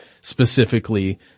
specifically